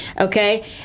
okay